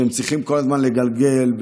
שצריכים כל הזמן לגלגל.